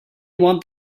want